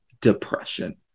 depression